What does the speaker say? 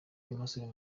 emmerson